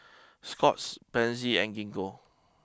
Scott's Pansy and Gingko